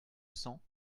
cents